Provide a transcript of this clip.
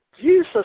Jesus